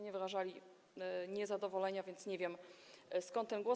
Nie wyrażali niezadowolenia, więc nie wiem, skąd ten głos.